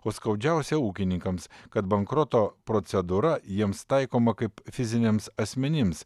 o skaudžiausia ūkininkams kad bankroto procedūra jiems taikoma kaip fiziniams asmenims